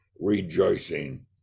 rejoicing